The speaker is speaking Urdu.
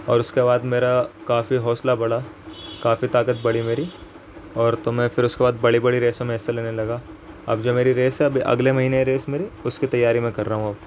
اور اس کے بعد میرا کافی حوصلہ بڑھا کافی طاقت بڑھی میری اور تو میں پھر اس کے بعد بڑی بڑی ریسوں میں حصہ لینے لگا اب جو میری ریس ہے اب اگلے مہینے ریس ہے میری اس کی تیاری میں کر رہا ہوں اب